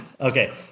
Okay